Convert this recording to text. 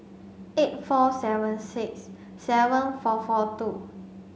eight four seven six seven four four two